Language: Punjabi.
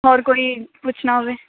ਹੋਰ ਕੋਈ ਪੁੱਛਣਾ ਹੋਵੇ